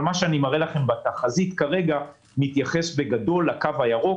מה שאני מראה לכם בתחזית כרגע מתייחס בגדול לקו הירוק.